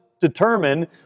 determine